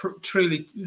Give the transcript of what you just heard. truly